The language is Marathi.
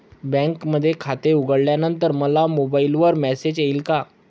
बँकेमध्ये खाते उघडल्यानंतर मला मोबाईलवर मेसेज येईल का?